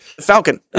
falcon